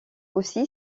aussi